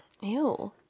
Ew